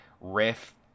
Riff